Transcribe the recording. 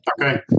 Okay